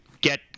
get